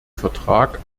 vertrag